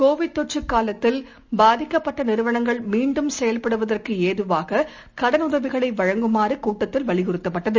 Covid தொற்றுகாலத்தில் பாதிக்கப்பட்டநிறுவனங்கள் மீண்டும் செயல்படுவதற்குஏதுவாககடனுதவிகளைவழங்குமாறுகூட்டத்தில் வலியுறுத்தப்பட்டது